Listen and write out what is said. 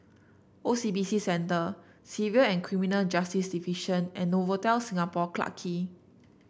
O C B C Center Civil And Criminal Justice Division and Novotel Singapore Clarke Quay